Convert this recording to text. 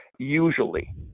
Usually